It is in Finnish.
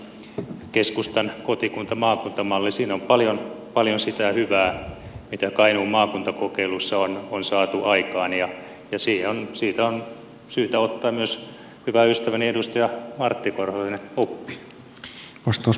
se ajatus keskustan kotikuntamaakunta malli siinä on paljon sitä hyvää mitä kainuun maakuntakokeilussa on saatu aikaan ja siitä on syytä ottaa myös hyvän ystäväni edustaja martti korhosen oppia